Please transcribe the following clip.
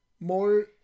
more